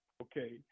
okay